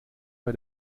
bei